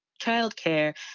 childcare